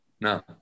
No